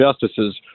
justices